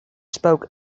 spoke